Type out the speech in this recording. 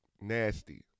nasty